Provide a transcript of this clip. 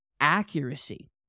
accuracy